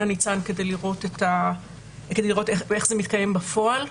ניצן כדי לראות איך זה מתקיים בפועל.